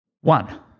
One